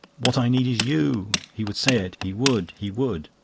what i need is you. he would say it, he would he would.